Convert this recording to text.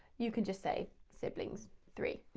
you can just say siblings, three.